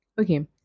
okay